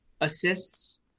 assists